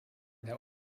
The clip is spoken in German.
der